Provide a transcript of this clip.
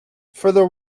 further